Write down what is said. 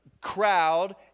crowd